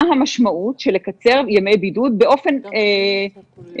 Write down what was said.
מה המשמעות של לקצר ימי בידוד באופן עיוור,